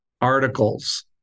articles